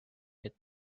hit